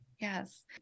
Yes